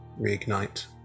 reignite